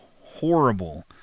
horrible